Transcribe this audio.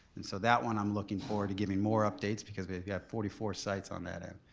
and so that one i'm looking forward to giving more updates because we have yeah forty four sites on that end.